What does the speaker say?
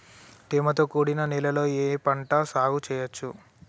తేమతో కూడిన నేలలో ఏ పంట సాగు చేయచ్చు?